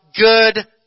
good